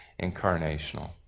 incarnational